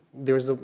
there is, ah